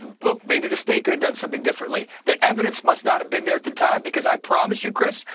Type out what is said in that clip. look, maybe the state could have done something differently. the evidence must not have been there at the time. because i promise you, chris,